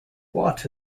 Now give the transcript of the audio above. watt